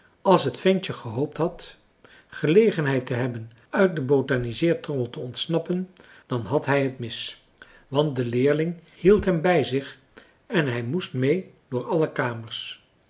als het ventje gehoopt had gelegenheid te hebben uit de botaniseertrommel te ontsnappen dan had hij het mis want de leerling hield hem bij zich en hij moest meê door alle kamers